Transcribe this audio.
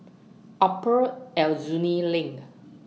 Upper Aljunied LINK